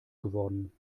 geworden